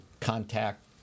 contact